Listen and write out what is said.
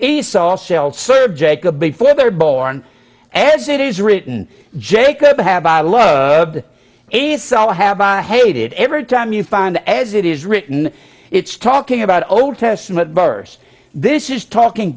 esau shall serve jacob before they're born as it is written jacob have i loved it so have i hate it every time you find as it is written it's talking about old testament burst this is talking